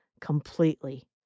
completely